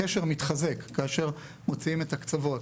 כאשר מוציאים את הקצוות,